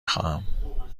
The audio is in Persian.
خواهم